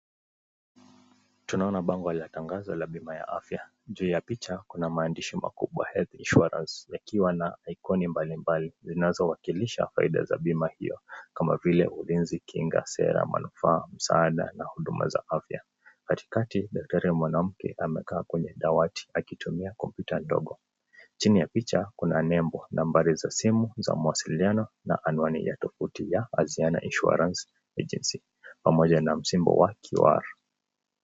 Tunaona bango linatangaza la bima ya afya. Juu ya picha kuna maandishi makubwa health insurance yakiwa na iconi mbalimbali zinazowakilisha faida za bima hiyo kama vile ulinzi, kinga, sera, manufaa, msaada na huduma za afya. Katikati daktari mwanamke amekaa kwenye dawati akitumia kompyuta ndogo. Chini ya picha kuna nembo, nambari za simu za mawasiliano na anwani ya tovuti ya Aziana Insurance Agency pamoja na msimbo wa QR.